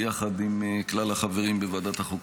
ביחד עם כלל החברים בוועדה החוק,